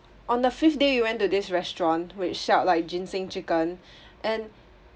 on the fifth day we went to this restaurant which sell like ginseng chicken and